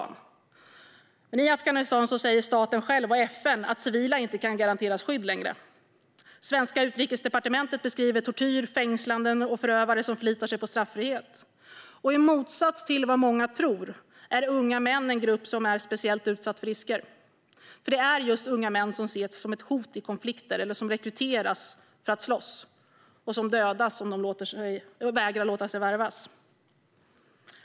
Men när det gäller Afghanistan säger staten själv och FN att civila inte kan garanteras skydd längre. Svenska Utrikesdepartementet beskriver tortyr, fängslanden och förövare som förlitar sig på straffrihet. I motsats till vad många tror är unga män en grupp som är speciellt utsatt för risker. Det är nämligen just unga män som ses som ett hot i konflikter eller som rekryteras för att slåss och som dödas om de vägrar att låta sig värvas.